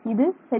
இது Hz